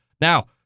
Now